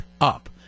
up